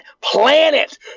planet